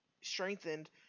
strengthened